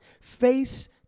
face